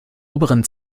oberen